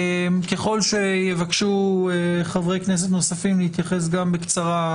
ככול שיבקשו חברי כנסת נוספים להתייחס בקצרה,